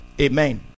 Amen